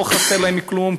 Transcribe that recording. לא חסר להם כלום,